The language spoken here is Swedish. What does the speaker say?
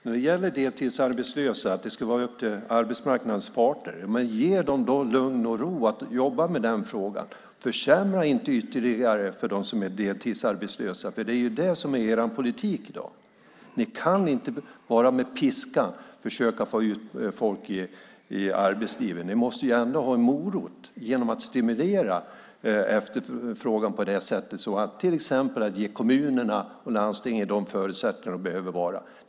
Beträffande att arbetsmarknadens parter ska hantera frågan om deltidsarbetslösa vill jag säga: Ge dem då lugn och ro att jobba med den frågan. Försämra inte ytterligare för dem som är deltidsarbetslösa. Det är ju det som är er politik i dag. Ni kan inte med enbart piskan försöka få ut folk i arbetslivet. Ni måste också ha en morot och stimulera efterfrågan exempelvis genom att ge kommunerna och landstingen de förutsättningar de behöver.